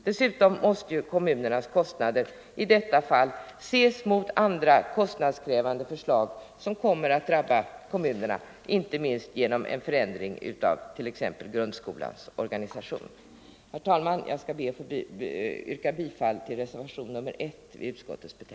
Dessutom måste kommunernas kostnader i detta fall ses mot andra kostnadskrävande förslag som kommer att drabba kommunerna, inte minst genom en förändring av 1. ex. grundskolans organisation. Herr talman! Jag skall be att få yrka bifall till reservationen 1.